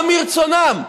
גם מרצונם,